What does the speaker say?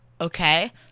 Okay